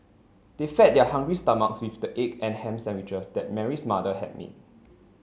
they fed their hungry stomachs with the egg and ham sandwiches that Mary's mother had made